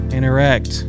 Interact